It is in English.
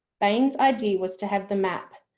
baine's idea was to have the map